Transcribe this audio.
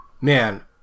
Man